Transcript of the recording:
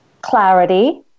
clarity